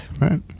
Right